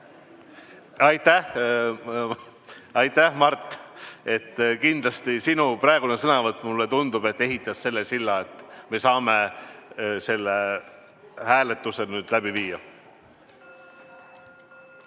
Aitäh, Mart! Kindlasti sinu praegune sõnavõtt, mulle tundub, ehitas selle silla, et me saame selle hääletuse läbi viia.